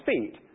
feet